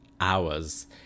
hours